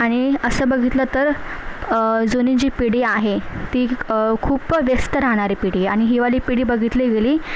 आणि असं बघितलं तर जुनी जी पिढी आहे ती खूप व्यस्त राहणारी पिढी आणि ही वाली पिढी बघितली गेली